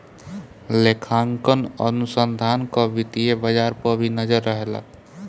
लेखांकन अनुसंधान कअ वित्तीय बाजार पअ भी नजर रहेला